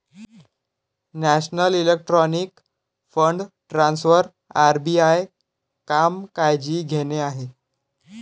national electronic fund transfer RBI काम काळजी घेणे आहे